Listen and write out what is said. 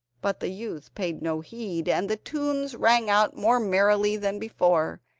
but the youth paid no heed, and the tunes rang out more merrily than before,